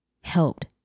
helped